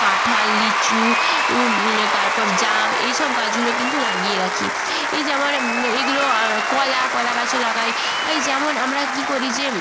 কাঁঠাল লিচু উ তারপর জাম এই সব গাছগুলো কিন্তু লাগিয়ে রাখি এই যেমন এইগুলো কলা কলা গাছও লাগাই এই যেমন আমরা কী করি যে